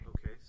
Okay